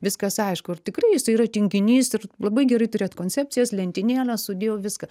viskas aišku ir tikrai jisai yra tinginys ir labai gerai turėt koncepcijas lentynėles sudėjau viską